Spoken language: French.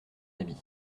habit